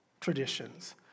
traditions